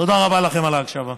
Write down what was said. תודה רבה לכם על ההקשבה.